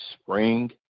spring